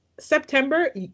September